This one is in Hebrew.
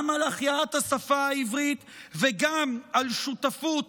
גם על החייאת השפה העברית, וגם על שותפות